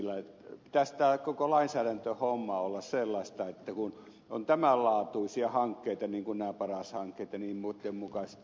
pitäisi tämän koko lainsäädäntöhomman olla sellaista että kun on tämän laatuisia hankkeita niin kuin nämä paras hankkeet ja niitten mukaiset kuntaliitokset jnp